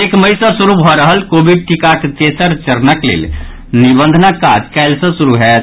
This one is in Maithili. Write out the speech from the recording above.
एक मई सँ शुरू भऽ रहल कोविड टीकाक तेसर चरणक लेल निबंधनक काज काल्हि सँ शुरू होयत